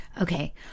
okay